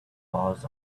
paws